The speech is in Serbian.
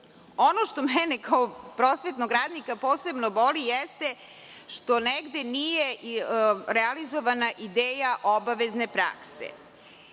što mene kao prosvetnog radnika posebno boli jeste što negde nije realizovana ideja obavezne prakse.